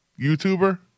YouTuber